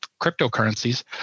cryptocurrencies